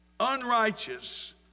Unrighteous